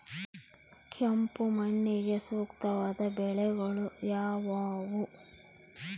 ಕೆಂಪು ಮಣ್ಣಿಗೆ ಸೂಕ್ತವಾದ ಬೆಳೆಗಳು ಯಾವುವು?